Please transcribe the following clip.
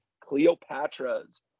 Cleopatra's